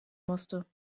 musste